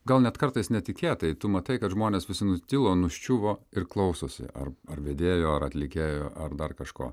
gal net kartais netikėtai tu matai kad žmonės visi nutilo nuščiuvo ir klausosi ar ar vedėjo ar atlikėjo ar dar kažko